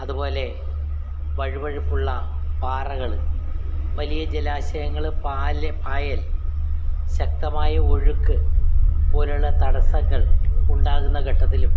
അത്പോലെ വഴുവഴുപ്പുള്ള പാറകൾ വലിയ ജലാശയങ്ങൾ പാല് പായൽ ശക്തമായ ഒഴുക്ക് പോലെയുള്ള തടസ്സങ്ങൾ ഉണ്ടാകുന്ന ഘട്ടത്തിലും